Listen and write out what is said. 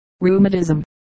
Rheumatism